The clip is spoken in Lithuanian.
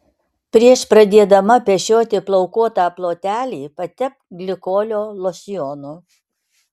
prieš pradėdama pešioti plaukuotą plotelį patepk glikolio losjonu